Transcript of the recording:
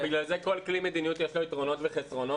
בגלל זה לכל כלי מדיניות יש יתרונות וחסרונות.